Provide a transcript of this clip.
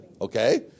Okay